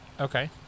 Okay